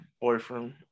boyfriend